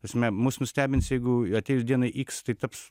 prasme mus nustebins jeigu atėjus dienai iks tai taps